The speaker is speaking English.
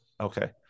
okay